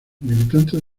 militantes